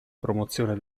promozione